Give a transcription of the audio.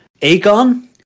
Aegon